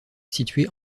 située